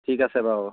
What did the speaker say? ঠিক আছে বাৰু